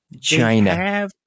China